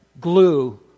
glue